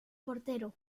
portero